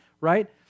right